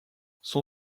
son